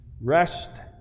Rest